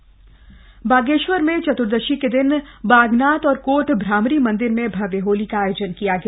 चतुर्दशी होली बागेश्वर में चतुर्दशी के दिन बागनाथ और कोट भ्रामरी मंदिर में भव्य होली का आयोजन किया गया